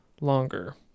longer